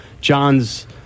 John's